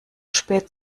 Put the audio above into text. spät